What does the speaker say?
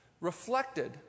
reflected